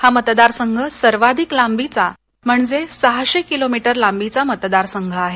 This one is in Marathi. हा मतदारसंघ सर्वाधिक लांबीचा म्हणजे सहाशे किलोमीउ लांबीचा मतदारसंघ आहे